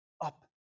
up